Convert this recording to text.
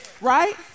right